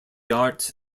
art